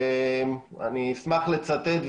ואני אשמח לצטט,